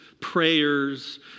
prayers